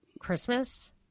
Christmas